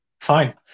Fine